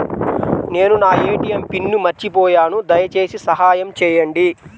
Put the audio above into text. నేను నా ATM PIN మర్చిపోయాను దయచేసి సహాయం చేయండి